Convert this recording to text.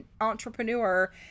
entrepreneur